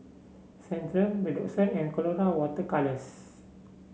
Centrum Redoxon and Colora Water Colours